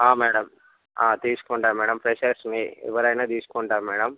madam తీసుకుంటాం madam ఫ్రెషర్స్ని ఎవరైనా తీసుకుంటాం మేడం